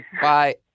Bye